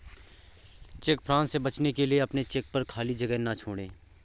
check fraud से बचने के लिए अपने चेक पर खाली जगह ना छोड़ें